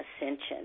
ascension